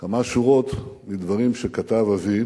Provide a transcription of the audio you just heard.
כמה שורות מדברים שכתב אבי